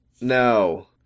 no